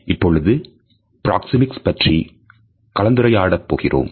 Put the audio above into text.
இப்போது பிராக்சேமிக்ஸ் பற்றி கலந்துரையாட போகிறோம்